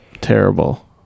Terrible